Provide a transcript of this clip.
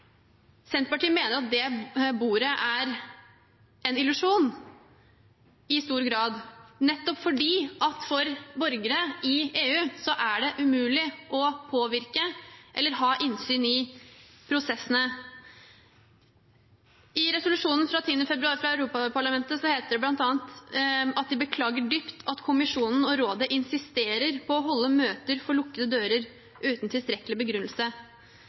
det, mener Senterpartiet at det bordet i stor grad er en illusjon, nettopp fordi det for borgere i EU er umulig å påvirke eller ha innsyn i prosessene. I resolusjonen av 10. februar fra Europaparlamentet heter det bl.a. at de beklager dypt at Kommisjonen og Rådet insisterer på å holde møter for lukkede dører uten tilstrekkelig begrunnelse.